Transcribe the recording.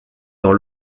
dans